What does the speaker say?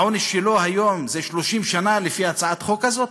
העונש שלו היום זה 30 שנה לפי הצעת החוק הזאת?